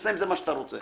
תעשה עם זה מה שאתה רוצה.